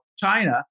China